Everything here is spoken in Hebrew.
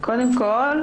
קודם כל,